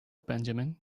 benjamin